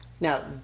now